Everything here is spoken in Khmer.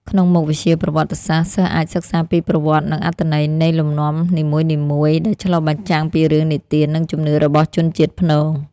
ក្នុងមុខវិជ្ជាប្រវត្តិសាស្ត្រ សិស្សអាចសិក្សាពីប្រវត្តិនិងអត្ថន័យនៃលំនាំនីមួយៗ ដែលឆ្លុះបញ្ចាំងពីរឿងនិទាននិងជំនឿរបស់ជនជាតិព្នង។